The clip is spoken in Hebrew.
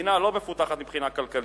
מדינה "לא מפותחת" מבחינה כלכלית,